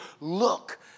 look